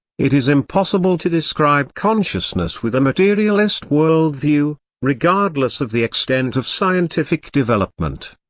it is impossible to describe consciousness with a materialist worldview, regardless of the extent of scientific development.